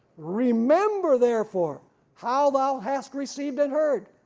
remember therefore how thou hast received and heard,